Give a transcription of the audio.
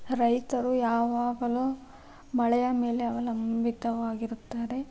ರೈತರು ಯಾವಾಗಲೂ ಮಳೆಯ ಮೇಲೆ ಅವಲಂಬಿತವಾಗಿರುತ್ತಾರೆ